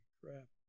crap